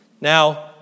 Now